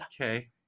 Okay